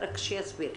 שיסביר.